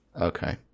Okay